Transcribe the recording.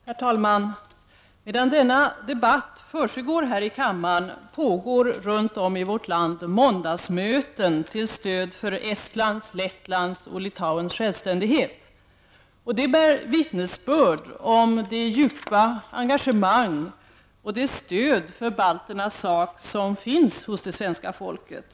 Herr talman! Medan denna debatt försiggår här i kammaren pågår i vårt land måndagsmöten till stöd för Estlands, Lettlands och Litauens självständighet. Detta bär vittnesbörd om det djupa engagemang och det stöd för balternas sak som finns hos det svenska folket.